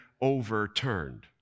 overturned